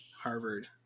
Harvard